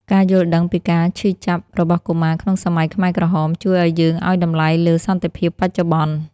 ការយល់ដឹងពីការឈឺចាប់របស់កុមារក្នុងសម័យខ្មែរក្រហម ជួយឱ្យយើងឱ្យតម្លៃលើសន្តិភាពបច្ចុប្បន្ន។